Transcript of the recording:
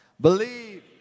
Believe